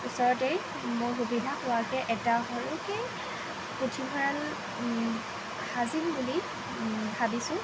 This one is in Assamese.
ওচৰতেই মোৰ সুবিধা হোৱাকৈ এটা সৰুকৈ পুথিভঁৰাল সাজিম বুলি ভাবিছোঁ